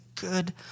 good